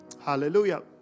Hallelujah